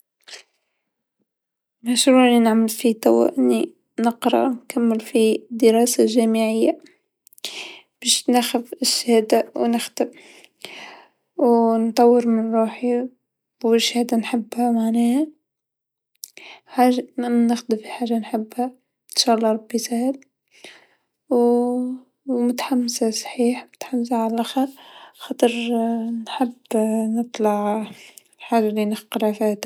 مشروع راني نعمل فيه توا، راني نقرا نكمل فيشاء اللدراسه الجامعيا باش ناخذ الشهاده و نخدم و نطور من روحي و شهاده نحبها معناها حاجه نخدم في حاجه نحبها انشاء الله ربي يسهل و متحمسا صحيح متحمساعلى لاخر، خاطر نحب نطلع في حاجه نقرا فيها.